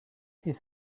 his